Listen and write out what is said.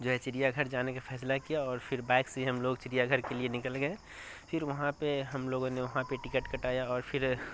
جو ہے چڑیا گھر جانے کا فیصلہ کیا اور پھر بائیک سے ہم لوگ چڑیا گھر کے لیے نکل گئے پھر وہاں پہ ہم لوگوں نے وہاں پہ ٹکٹ کٹایا اور پھر